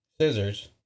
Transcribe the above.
scissors